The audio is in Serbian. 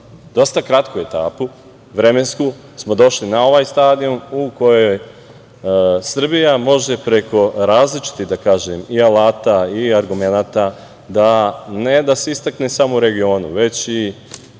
dosta kratku etapu, vremensku, smo došli na ovaj stadijum u kojoj Srbija može preko različitih, da kažem, i alata i argumenata, ne da se istakne samo u regionu, već i